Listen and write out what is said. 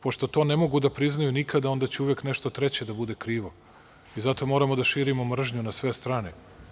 Pošto to ne mogu da priznaju nikada, onda će uvek nešto treće da bude krivo i zato moramo da širimo mržnju na sve strane.